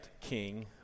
king